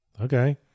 okay